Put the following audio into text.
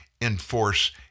enforce